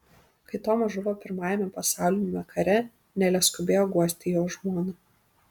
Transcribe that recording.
kai tomas žuvo pirmajame pasauliniame kare nelė skubėjo guosti jo žmoną